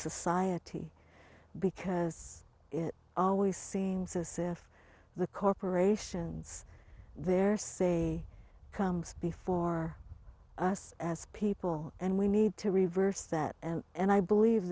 society because it always seems as if the corporations there say comes before us as people and we need to reverse that and i believe